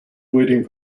waiting